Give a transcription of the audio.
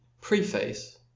Preface